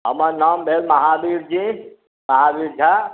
हमर नाम भेल महावीरजी महावीर झा